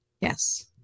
Yes